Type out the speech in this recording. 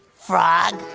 frog?